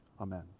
Amen